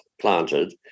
planted